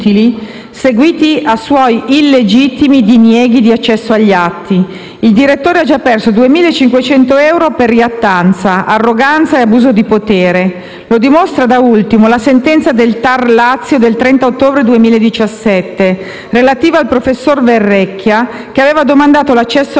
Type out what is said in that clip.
seguiti a suoi illegittimi dinieghi di accesso agli atti. Il direttore ha già perso 2.500 euro per iattanza, arroganza e abuso di potere. Lo dimostra, da ultimo, la sentenza del TAR del Lazio del 30 ottobre 2017, relativa al professor Verrecchia, che aveva domandato l'accesso agli atti